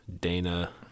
dana